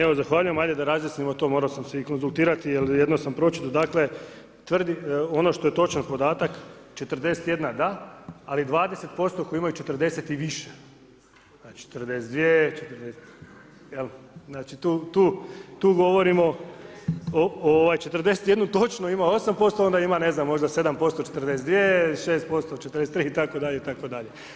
Evo zahvaljujem, ajde da razjasnimo to, morao sam se i konzultirati jer jedno sam pročitao, dakle tvrdi, ono što je točan podatak 41 da, ali 20% koji imaju 40 i više, znači 42, je li, znači tu, tu govorimo o 41 točno ima 8% onda ima ne znam možda 7% 42, 6% 43 itd., itd.